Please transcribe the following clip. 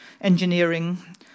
engineering